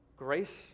Grace